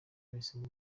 bahisemo